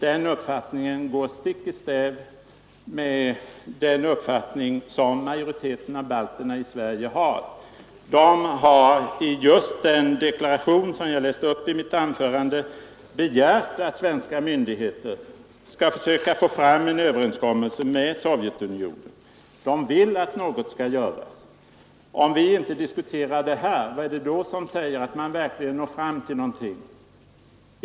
Den uppfattningen går stick i stäv med den uppfattning som majoriteten av balterna i Sverige har. De har i just den deklaration som jag läste upp i mitt anförande begärt att svenska myndigheter skall försöka få fram en överenskommelse med Sovjetunionen. De vill att något skall göras, att en överenskommelse träffas. Om vi inte öppet diskuterar detta här, vad är det som säger att man då skulle nå fram till ett bättre resultat?